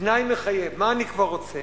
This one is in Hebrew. תנאי מחייב, מה אני כבר רוצה?